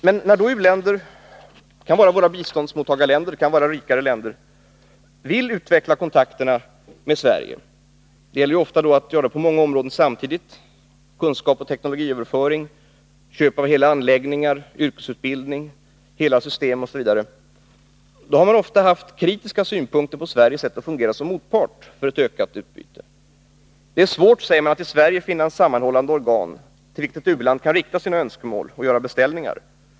När då utvecklingsländer — det kan vara våra biståndsmottagarländer eller rikare länder — velat utveckla kontakterna med Sverige, ofta på många områden samtidigt, t.ex. överföring av kunskap och teknologi, köp av hela anläggningar, yrkesutbildning, hela system osv., har man ofta haft kritiska synpunkter på Sveriges sätt att fungera som motpart i ett ökat utbyte. Det är Nr 138 svårt, säger man, att i Sverige finna ett sammanhållande organ till vilket ett u-land kan rikta sina önskemål och göra beställningar.